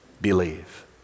believe